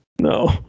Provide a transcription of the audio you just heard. no